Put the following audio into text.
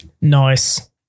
Nice